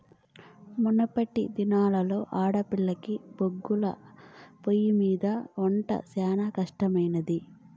మునపటి దినాల్లో ఆడోల్లకి బొగ్గుల పొయ్యిమింద ఒంట శానా కట్టమయ్యేది